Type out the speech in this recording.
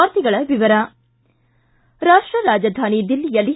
ವಾರ್ತೆಗಳ ವಿವರ ರಾಷ್ಟ ರಾಜಧಾನಿ ದಿಲ್ಲಿಯಲ್ಲಿ